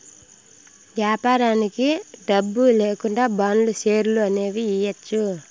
వ్యాపారానికి డబ్బు లేకుండా బాండ్లు, షేర్లు అనేవి ఇయ్యచ్చు